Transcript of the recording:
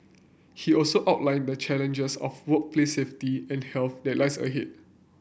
he also outlined the challenges of workplace safety and health that lies ahead